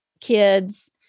kids